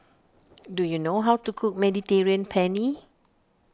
do you know how to cook Mediterranean Penne